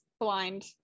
blind